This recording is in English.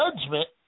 judgment